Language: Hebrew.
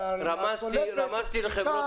הסליקה --- כולם לומדים --- רמזתי לחברות